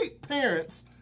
parents